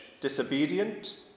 disobedient